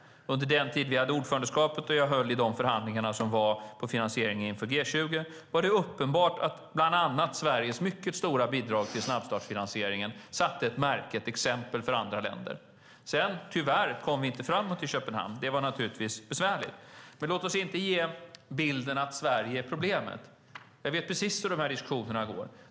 Under den tid som vi hade ordförandeskapet och jag höll i de förhandlingar som gällde finansiering inför G20 var det uppenbart att bland annat Sveriges mycket stora bidrag till snabbstartsfinansieringen var ett exempel för andra länder. Sedan kom vi tyvärr inte framåt i Köpenhamn. Det var naturligtvis besvärligt. Men låt oss inte ge bilden av att Sverige är problemet. Jag vet precis hur dessa diskussioner går.